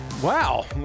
Wow